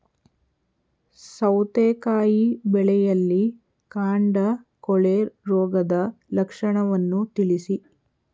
ಸೌತೆಕಾಯಿ ಬೆಳೆಯಲ್ಲಿ ಕಾಂಡ ಕೊಳೆ ರೋಗದ ಲಕ್ಷಣವನ್ನು ತಿಳಿಸಿ?